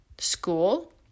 School